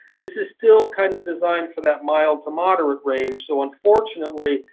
this is still kind of designed for that mild to moderate range. so, unfortunately,